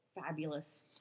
Fabulous